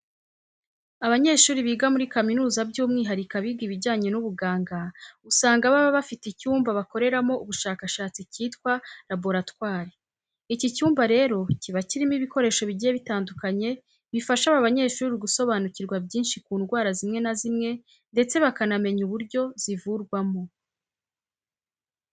Abanyeshuri biga muri kaminuza by'umwihariko abiga ibijyanye n'ubuganga usanga baba bafite icyumba bakoreramo ubushakashatsi cyitwa laboratwari. Iki cyumba rero kiba kirimo ibikoresho bigiye bitandukanye bifasha aba banyeshuri gusobanukirwa byinshi ku ndwara zimwe na zimwe ndetse bakanamenya uburyo zivurwamo